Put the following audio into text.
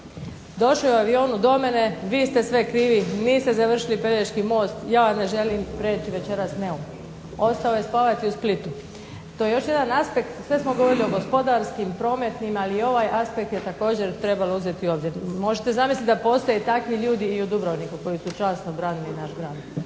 Došao je avionom do mene, vi ste sve krivi, niste završili Pelješki most, ja ne želim preći večeras Neum. Ostao je spavati u Splitu. To je još jedan aspekt. Sve smo govorili o gospodarskim, prometnim, ali i ovaj aspekt je također trebalo uzeti u obzir. Možete zamislit da postoje takvi ljudi i u Dubrovniku koji su časno branili naš grad.